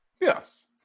Yes